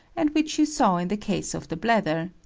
and which you saw in the case of the bladder,